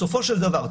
בסופו של דבר,